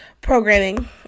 programming